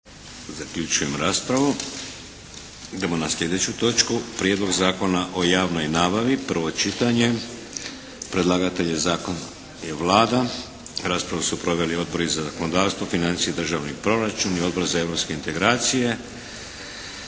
Vladimir (HDZ)** Idemo na sljedeću točku: - Prijedlog zakona o javnoj nabavi, prvo čitanje, P.Z. E. br. 694. Predlagatelj je zakon, je Vlada. Raspravu su proveli Odbori za zakonodavstvo, financije i državni proračun. I Odbor za europske integracije.